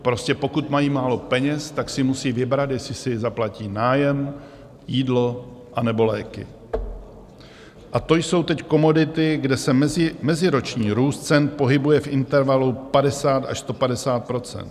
Prostě pokud mají málo peněz, tak si musí vybrat, jestli si zaplatí nájem, jídlo nebo léky, a to jsou teď komodity, kde se meziroční růst cen pohybuje v intervalu 50 až 150 %.